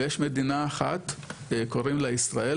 ויש מדינה אחת קוראים לה ישראל,